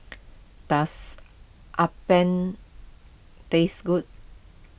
does Appam taste good